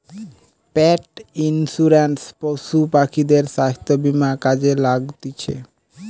পেট insurance পশু পাখিদের স্বাস্থ্য বীমা কাজে লাগতিছে